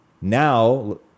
Now